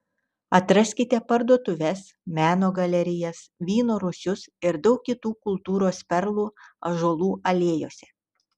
atraskite parduotuves meno galerijas vyno rūsius ir daug kitų kultūros perlų ąžuolų alėjose